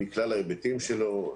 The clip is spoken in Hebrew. על כלל ההיבטים שלו.